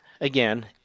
again